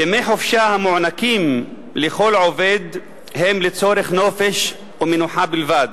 ימי חופשה המוענקים לכל עובד הם לצורך נופש ומנוחה בלבד,